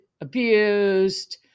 abused